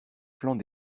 flancs